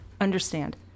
understand